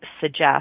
suggest